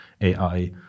ai